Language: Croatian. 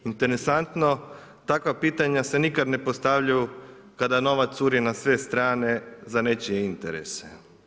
Interesantno takva pitanja se nikada ne postavljaju kada novac curi na sve strane za nečije interese.